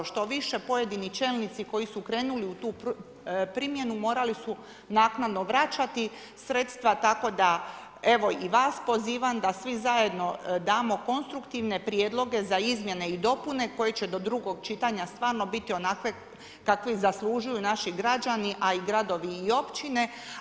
Što više pojedini čelnici koji su krenuli u tu primjenu morali su naknadno vračati sredstva, tako da evo i vas pozivam da svi zajedno damo konstruktivne prijedloge za izmjene i dopune koje će do drugog čitanja stvarno biti onakve kakve zaslužuju naši građani, a i gradovi i općine.